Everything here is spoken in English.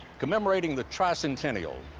commemorating the tricentennial.